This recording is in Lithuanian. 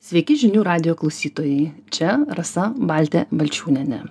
sveiki žinių radijo klausytojai čia rasa baltė balčiūnienė